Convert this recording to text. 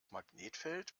magnetfeld